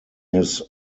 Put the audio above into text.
his